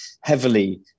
heavily